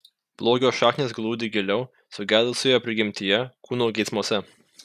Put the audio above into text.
blogio šaknys glūdi giliau sugedusioje prigimtyje kūno geismuose